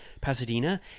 Pasadena